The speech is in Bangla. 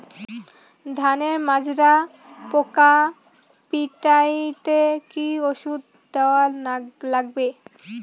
ধানের মাজরা পোকা পিটাইতে কি ওষুধ দেওয়া লাগবে?